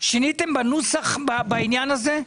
שיניתם בנוסח בעניין הזה?